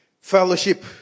fellowship